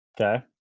okay